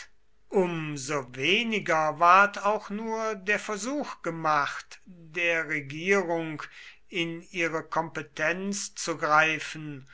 so weniger ward auch nur der versuch gemacht der regierung in ihre kompetenz zu greifen